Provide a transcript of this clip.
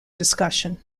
discussion